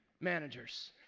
managers